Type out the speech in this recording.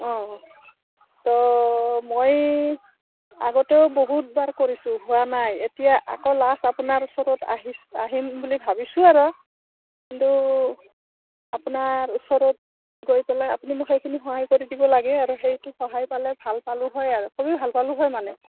অঁ ত' মই আগতেও বহুতবাৰ কৰিছোঁ হোৱা নাই এতিয়া আকৌ লাষ্ট আপোনাৰ ওচৰত আহি আহিম বুলি ভাবিছোঁ আৰু কিন্তু আপোনাৰ ওচৰত গৈ পেলাই আপুনি মোক সেইখিনি সহায় কৰি দিব লাগে আৰু সেইটো সহায় পালে ভাল পালোঁ হয় আৰু চবেই ভাল পালোঁ হয় মানে